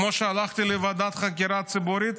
כמו שהלכתי לוועדת חקירה ציבורית,